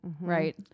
right